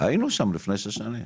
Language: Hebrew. היינו שם לשם שש שנים